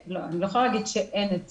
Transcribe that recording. לא יכולה להגיד שאין את זה.